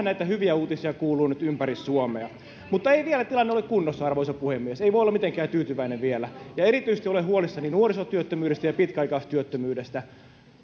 näitä hyviä uutisia kuuluu nyt ympäri suomea mutta ei vielä tilanne ole kunnossa arvoisa puhemies ei voi olla mitenkään tyytyväinen vielä erityisesti olen huolissani nuorisotyöttömyydestä ja pitkäaikaistyöttömyydestä